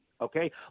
okay